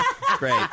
Great